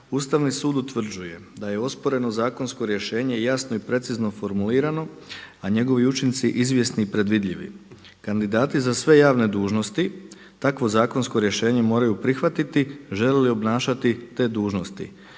„Ustavni sud utvrđuje da je osporeno zakonsko rješenje jasno i precizno formulirano a njegovi učinci izvjesni i predvidljivi. Kandidati za sve javne dužnosti takvo zakonsko rješenje moraju prihvatiti žele li obnašati te dužnosti.